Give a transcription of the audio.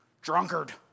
Drunkard